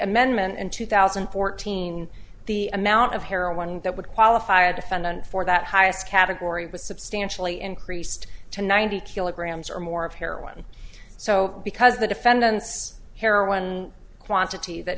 amendment in two thousand and fourteen the amount of heroin that would qualify a defendant for that highest category was substantially increased to ninety kilograms or more of heroin so because the defendant's heroin quantity that